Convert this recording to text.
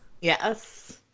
yes